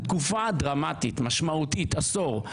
זו תקופה דרמטית, משמעותית, עשור.